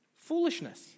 foolishness